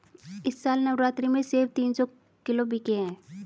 इस साल नवरात्रि में सेब तीन सौ किलो बिके हैं